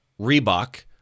Reebok